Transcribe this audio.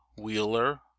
wheeler